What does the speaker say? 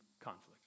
conflict